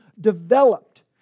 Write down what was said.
developed